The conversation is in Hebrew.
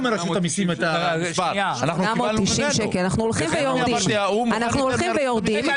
אנחנו הולכים ויורדים.